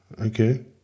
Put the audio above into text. Okay